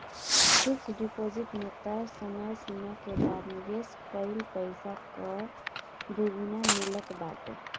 fix deposit में तय समय सीमा के बाद निवेश कईल पईसा कअ दुगुना मिलत बाटे